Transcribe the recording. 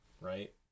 right